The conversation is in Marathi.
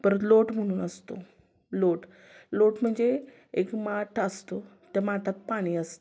परत लोट म्हणून असतो लोट लोट म्हणजे एक माठ असतो त्या माठात पाणी असतं